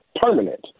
permanent